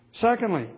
Secondly